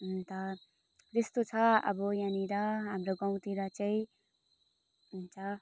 अन्त त्यस्तो छ अब यहाँनिर हाम्रो गाउँतिर चाहिँ हुन्छ